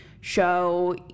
show